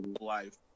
Life